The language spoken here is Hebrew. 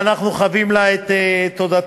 ואנחנו חבים לך את תודתם.